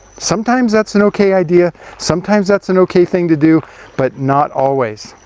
sometimes that's an okay idea, sometimes that's an okay thing to do but not always.